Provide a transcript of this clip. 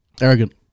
Arrogant